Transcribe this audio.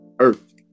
earth